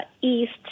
east